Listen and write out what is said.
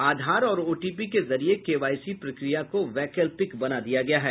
आधार और ओटीपी के जरिये केवाईसी प्रक्रिया को वैकल्पिक बना दिया गया है